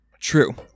True